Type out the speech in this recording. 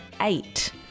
eight